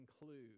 include